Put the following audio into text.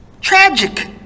Tragic